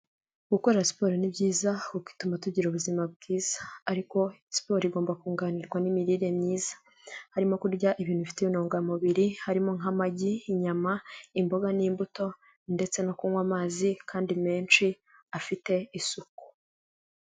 Gukora siporo ni byiza, kuko ituma tugira ubuzima bwiza. Ariko siporo igomba kunganirwa n'imirire myiza. Harimo kurya ibintu bifite intungamubiri, harimo: nk'amagi, inyama, imboga n'imbuto ndetse no kunywa amazi kandi menshi afite isuku.